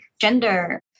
gender